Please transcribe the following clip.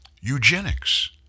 eugenics